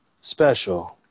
special